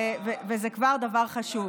וזה כבר דבר חשוב.